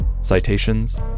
citations